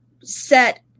set